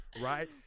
right